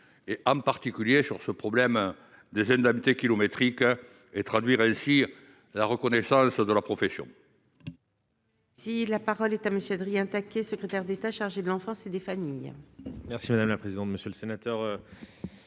et en particulier sur ce problème des indemnités kilométriques et traduit réussir la reconnaissance de la profession.